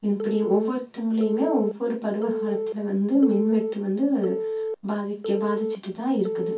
இப்படி ஒவ்வொருத்தங்களையும் ஒவ்வொரு பருவ காலத்தில் வந்து மின்வெட்டு வந்து பாதிக்க பாதிச்சுட்டு தான் இருக்குது